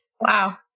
Wow